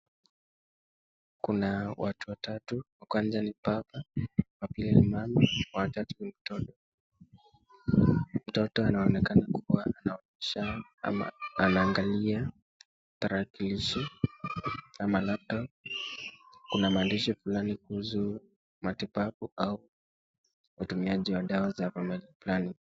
Kuna watu watatu, wa kwanza ni baba, wa pili ni mama, wa tatu ni mtoto. Mtoto anaonekana kuwa anaonyesha ama anaangalia tarakilishi ama laptop . Kuna maandishi fulani kuhusu matibabu au utumiaji wa dawa za family planning .